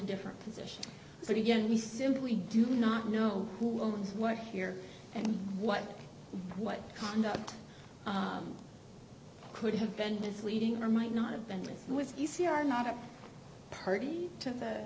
different position but again we simply do not know who owns what here and what what congress could have been misleading or might not have been was you see are not a party to the